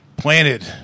planted